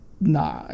nah